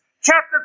chapter